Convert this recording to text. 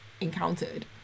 encountered